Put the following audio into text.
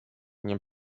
nie